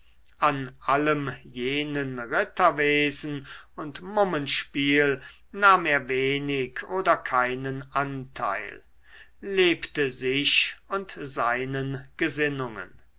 an allem jenen ritterwesen und mummenspiel nahm er wenig oder keinen anteil lebte sich und seinen gesinnungen